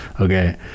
Okay